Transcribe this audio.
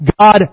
God